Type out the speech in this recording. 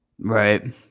Right